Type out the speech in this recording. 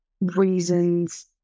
reasons